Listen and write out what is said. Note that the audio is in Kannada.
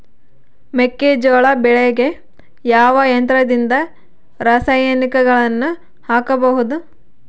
ಮೆಕ್ಕೆಜೋಳ ಬೆಳೆಗೆ ಯಾವ ಯಂತ್ರದಿಂದ ರಾಸಾಯನಿಕಗಳನ್ನು ಹಾಕಬಹುದು?